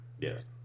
Yes